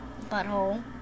Butthole